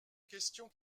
question